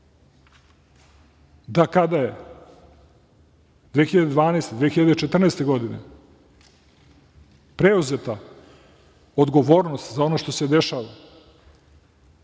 da kada je 2012. godine, 2014. godine preuzeta odgovornost za ono što se dešava,